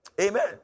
Amen